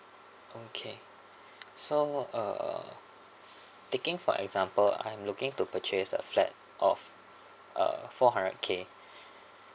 okay so uh taking for example I'm looking to purchase a flat of uh four hundred K